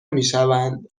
میشوند